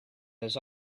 his